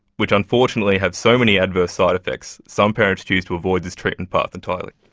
which unfortunately have so many adverse side-effects some parents choose to avoid this treatment path entirely.